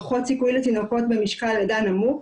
פחות סיכוי לתינוקות במשקל לידה נמוך,